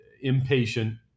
impatient